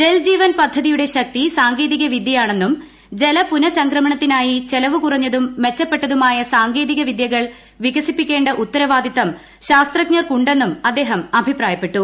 ജൽ ജീവൻ പദ്ധതിയുടെ ശക്തി സാങ്കേതിക വിദ്യയാണെന്നും ജല പുനഃചംക്രമണത്തിനായി ചെലവു കുറഞ്ഞതും മെച്ചപ്പെട്ടതുമായ സാങ്കേതികവിദ്യകൾ വികസിപ്പിക്കേണ്ട ഉത്തരവാദിത്തം ശാസ്ത്രജ്ഞർക്കുണ്ടെന്നും അദ്ദേഹം അഭിപ്രായപ്പെട്ടു